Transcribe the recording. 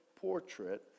portrait